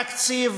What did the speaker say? התקציב